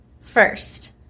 first